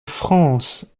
france